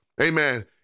Amen